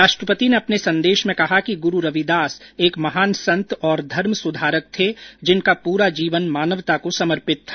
राष्ट्रपति ने अपने संदेश में कहा कि गुरू रविदास एक महान संत और धर्म सुधारक थे जिनका पूरा जीवन मानवता को समर्पित था